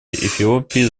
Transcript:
эфиопии